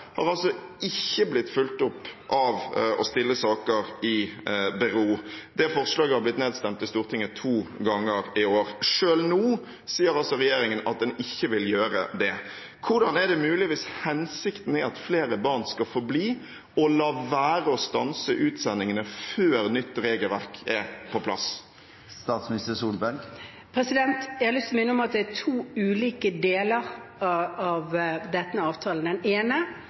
altså ikke blitt fulgt opp av at man stiller saker i bero. Det forslaget er blitt nedstemt i Stortinget to ganger i år. Selv nå sier altså regjeringen at en ikke vil gjøre det. Hvordan er det mulig, hvis hensikten er at flere barn skal få bli, å la være å stanse utsendingene før et nytt regelverk er på plass? Jeg har lyst til å minne om at det er to ulike deler av denne avtalen. Den ene